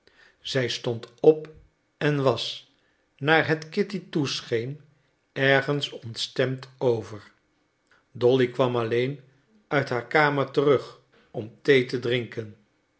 zij stond op en was naar het kitty toescheen ergens ontstemd over dolly kwam alleen uit haar kamer terug om thee te drinken